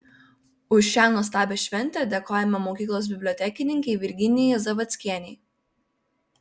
už šią nuostabią šventę dėkojame mokyklos bibliotekininkei virginijai zavadskienei